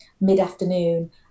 mid-afternoon